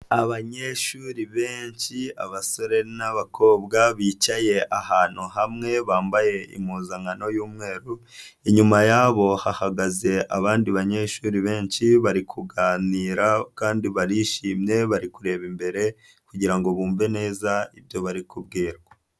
Abanyeshuri benshi, abasore n'abakobwa, bicaye ahantu hamwe bambaye impuzankano y'umweru, inyuma yabo hahagaze abandi banyeshuri benshi, bari kuganira kandi barishimye bari kureba imbere kugira ngo bumve neza ibyo bari kubwirwa.